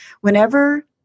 Whenever